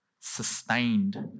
sustained